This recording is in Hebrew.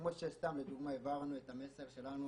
כמו שלדוגמה העברנו את המסר שלנו